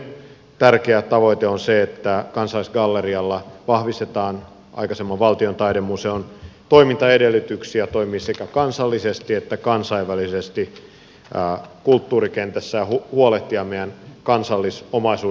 toinen tärkeä tavoite on se että kansallisgallerialla vahvistetaan aikaisemman valtion taidemuseon toimintaedellytyksiä toimia sekä kansallisesti että kansainvälisesti kulttuurikentässä ja huolehtia meidän kansallisomaisuuden ylläpidosta